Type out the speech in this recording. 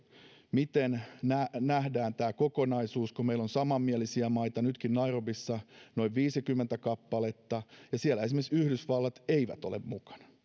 miten nähdään tämä kokonaisuus kun meillä on samanmielisiä maita nytkin nairobissa noin viisikymmentä kappaletta mutta siellä esimerkiksi yhdysvallat eivät ole mukana